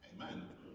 Amen